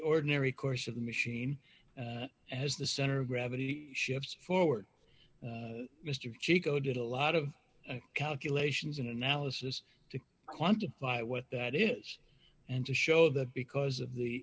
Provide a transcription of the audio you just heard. ordinary course of the machine as the center of gravity shifts forward mr chico did a lot of calculations and analysis to quantify what that is and to show that because of the